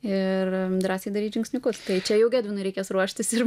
ir drąsiai daryt žingsniukus tai čia jau gedvinu reikės ruoštis ir